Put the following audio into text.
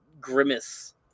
grimace